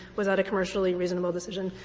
was that a commercially reasonable decision,